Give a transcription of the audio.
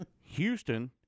Houston